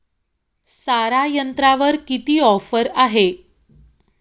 सारा यंत्रावर किती ऑफर आहे?